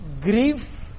grief